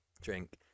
drink